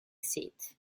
seat